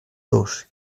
dos